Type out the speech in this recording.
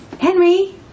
Henry